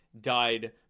died